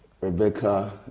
Rebecca